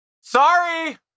sorry